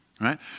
right